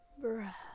breath